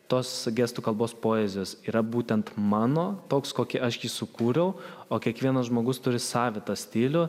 tos gestų kalbos poezijos yra būtent mano toks kokį aš jį sukūriau o kiekvienas žmogus turi savitą stilių